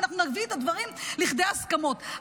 ונביא את הדברים לידי הסכמות.